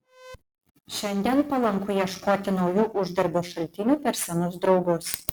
šiandien palanku ieškoti naujų uždarbio šaltinių per senus draugus